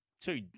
two